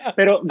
Pero